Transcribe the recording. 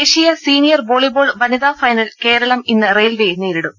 ദേശീയ senior volleyball വനിതാ ഫൈനലിൽ കേരളം ഇന്ന് റെയിൽവെയെ നേരിടും